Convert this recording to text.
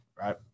right